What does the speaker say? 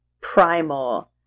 Primal